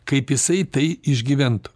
kaip jisai tai išgyventų